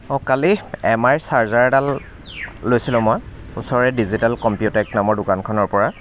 অঁ কালি M I charger এডাল লৈছিলোঁ মই ওচৰৰে ডিজিটেল কম্পিউটেক নামৰ দোকানখনৰ পৰা